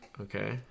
Okay